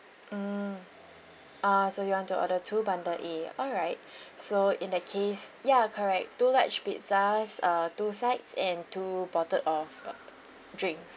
mm ah so you want to order two bundle A alright so in that case ya correct two large pizzas uh two sides and two bottle of drinks